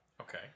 Okay